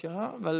35, אבל